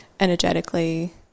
Energetically